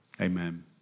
Amen